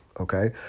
okay